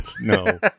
No